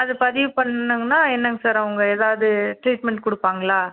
அது பதிவு பண்ணிணாங்கனா என்னங்க சார் ஆகும் உங்கள் ஏதாவது ட்ரீட்மெண்ட் கொடுப்பாங்களா